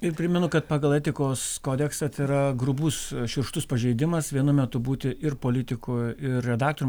ir primenu kad pagal etikos kodeksą tai yra grubus šiurkštus pažeidimas vienu metu būti ir politiku ir redaktorium